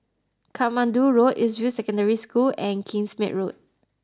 Katmandu Road East View Secondary School and Kingsmead Road